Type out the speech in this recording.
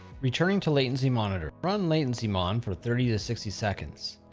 returning to latency monitoring. run latencymon for thirty to sixty seconds.